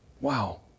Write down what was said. Wow